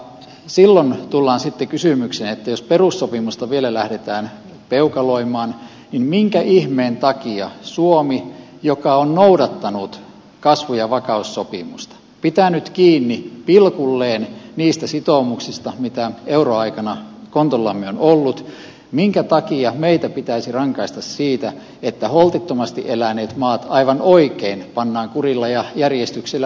silloin tullaan sitten kysymykseen että jos perussopimusta vielä lähdetään peukaloimaan niin minkä ihmeen takia suomea joka on noudattanut kasvu ja vakaussopimusta pitänyt kiinni pilkulleen niistä sitoumuksista mitä euroaikana kontollamme on ollut minkä takia meitä pitäisi rankaista siitä että holtittomasti eläneet maat aivan oikein pannaan kurilla ja järjestyksellä nuhteeseen